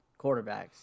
quarterbacks